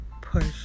push